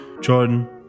Jordan